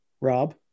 Rob